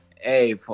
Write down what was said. hey